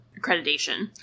accreditation